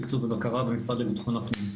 תקצוב ובקרה במשרד לביטחון הפנים.